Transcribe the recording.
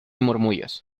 murmullos